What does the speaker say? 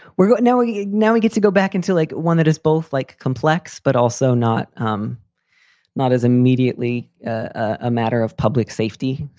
we're going nowhere. ah yeah now we get to go back until, like, one that is both like complex, but also not. um not as immediately a matter of public safety.